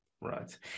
Right